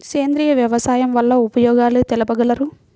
సేంద్రియ వ్యవసాయం వల్ల ఉపయోగాలు తెలుపగలరు?